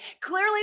clearly